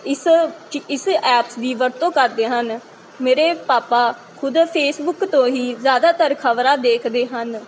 ਇਸ ਚ ਇਸ ਐਪਸ ਦੀ ਵਰਤੋਂ ਕਰਦੇ ਹਨ ਮੇਰੇ ਪਾਪਾ ਖੁਦ ਫੇਸਬੁੱਕ ਤੋਂ ਹੀ ਜ਼ਿਆਦਾਤਰ ਖ਼ਬਰਾਂ ਦੇਖਦੇ ਹਨ